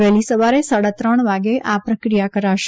વહેલી સવારે સાડા ત્રણ વાગે આ પ્રક્રિયા કરાશે